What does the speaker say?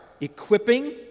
equipping